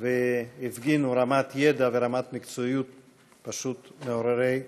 והפגינו רמת ידע ורמת מקצועיות פשוט מעוררות כבוד.